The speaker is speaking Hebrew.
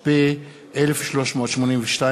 ירושלים, הכנסת,